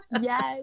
Yes